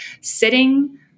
sitting